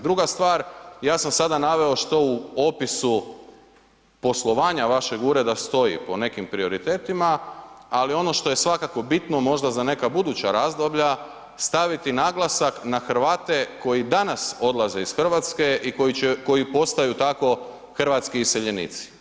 Druga stvar, ja sam sada naveo što u opisu poslovanja vašeg ureda stoji po nekim prioritetima, ali ono što je svakako bitno možda za neka buduća razdoblja staviti naglasak na Hrvate koji danas odlaze iz Hrvatske i koji postaju tako hrvatski iseljenici.